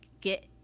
get